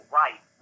right